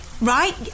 Right